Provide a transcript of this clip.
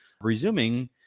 resuming